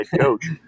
coach